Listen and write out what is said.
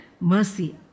mercy